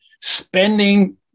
spending